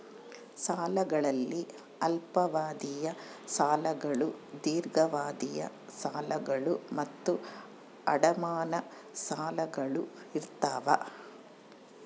ಸಾಲಗಳಲ್ಲಿ ಅಲ್ಪಾವಧಿಯ ಸಾಲಗಳು ದೀರ್ಘಾವಧಿಯ ಸಾಲಗಳು ಮತ್ತು ಅಡಮಾನ ಸಾಲಗಳು ಇರ್ತಾವ